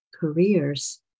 careers